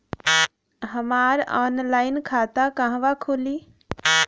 हमार ऑनलाइन खाता कहवा खुली?